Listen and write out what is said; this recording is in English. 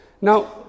Now